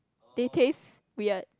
they taste weird